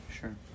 Sure